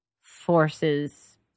forces